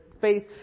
faith